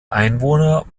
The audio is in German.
einwohner